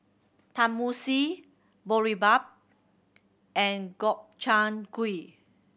Tenmusu Boribap and Gobchang Gui